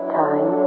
time